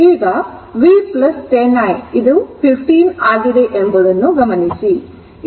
ಈ v 10 i 15 ಆಗಿದೆ ಎಂಬುದನ್ನು ಗಮನಿಸಿ